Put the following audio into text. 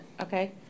Okay